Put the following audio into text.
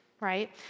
right